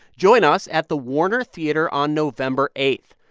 join us at the warner theater on november eight.